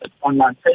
online